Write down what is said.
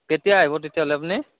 কেতিয়া আহিব তেতিয়াহ'লে আপুনি